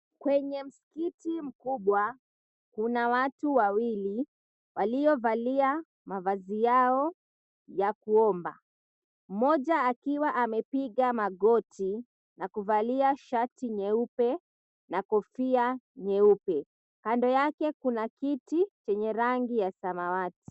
Kwenye msikiti mkubwa, kuna watu wawili waliovalia mavazi yao ya kuomba. Mmoja akiwa amepiga magoti na kuvalia shati nyeupe na kofia nyeupe. Kando yake kuna kiti chenye rangi ya samawati.